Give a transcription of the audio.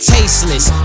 Tasteless